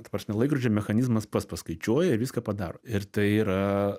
ta prasme laikrodžio mechanizmas pats paskaičiuoja ir viską padaro ir tai yra